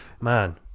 man